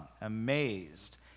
amazed